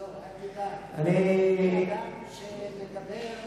אני אדם שמדבר,